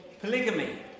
polygamy